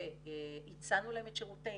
והצענו להם את שירותינו.